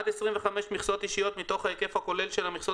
הדיון על הביצים בהקשר להודעה אתמול